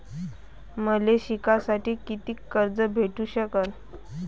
मले शिकासाठी कितीक कर्ज भेटू सकन?